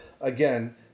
again